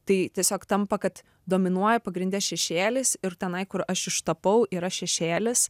tai tiesiog tampa kad dominuoja pagrinde šešėlis ir tenai kur aš ištapau yra šešėlis